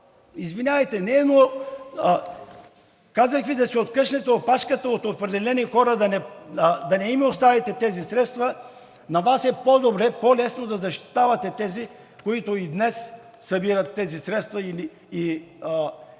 Извинявайте, но Ви казах да си откъснете опашката от определени хора, да не им оставяте тези средства и за Вас е по-добре и по-лесно да защитавате тези, които и днес събират тези средства, и Вие не